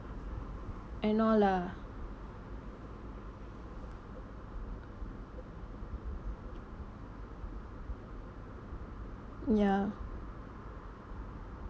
and all lah ya